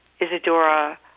Isadora